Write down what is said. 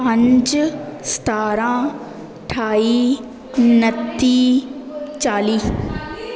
ਪੰਜ ਸਤਾਰਾਂ ਅਠਾਈ ਉਣੱਤੀ ਚਾਲੀ